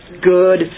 good